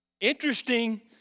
Interesting